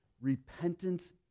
Repentance